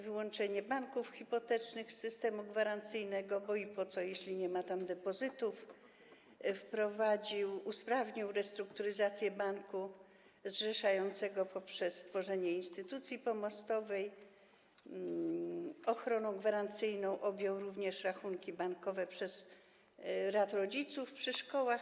Wyłączenie banków hipotecznych z systemu gwarancyjnego, bo i po co, jeśli nie ma tam depozytów, wprowadził między innymi, usprawnił restrukturyzację banku zrzeszającego poprzez stworzenie instytucji pomostowej, ochroną gwarancyjną objął również rachunki bankowe rad rodziców przy szkołach.